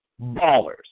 ballers